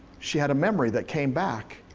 she had a memory that came back.